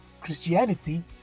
Christianity